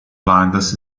blindness